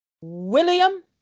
William